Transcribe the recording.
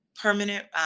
permanent